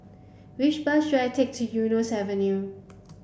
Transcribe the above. which bus should I take to Eunos Avenue